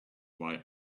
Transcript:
why